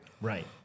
Right